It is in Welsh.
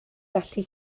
gallu